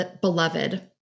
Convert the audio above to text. beloved